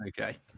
Okay